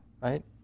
right